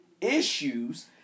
issues